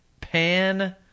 pan